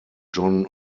john